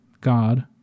God